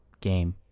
game